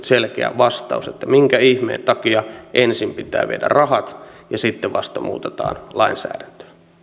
selkeä vastaus on että minkä ihmeen takia ensin pitää viedä rahat ja sitten vasta muutetaan lainsäädäntöä